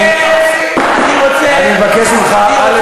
אני מבקש ממך, א.